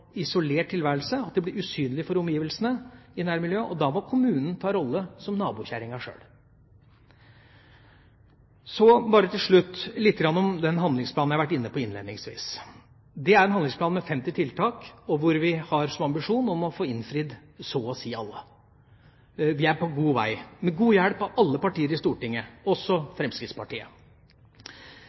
isolert tilværelse at de blir usynlige for omgivelsene i nærmiljøet, og da må kommunen ta rollen som nabokjerringa sjøl. Så bare til slutt lite grann om den handlingsplanen jeg var inne på innledningsvis. Det er en handlingsplan med 50 tiltak, hvor vi har som ambisjon å få innfridd så å si alle. Vi er på god vei, med god hjelp av alle partier i Stortinget, også Fremskrittspartiet.